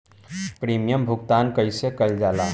Premium भुगतान कइसे कइल जाला?